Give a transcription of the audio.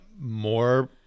more